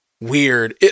Weird